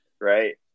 Right